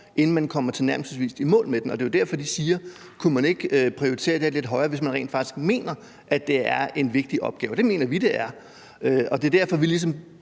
inden man kommer tilnærmelsesvis i mål med den, og det er jo derfor, de spørger, om ikke man kunne prioritere det lidt højere, hvis man rent faktisk mener, at det er en vigtig opgave. Det mener vi det er, og det er derfor, vi ligesom